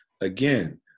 again